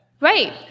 Right